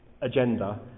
agenda